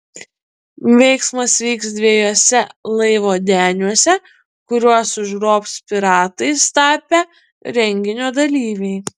veiksmas vyks dviejuose laivo deniuose kuriuos užgrobs piratais tapę renginio dalyviai